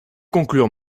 conclure